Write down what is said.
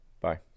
Bye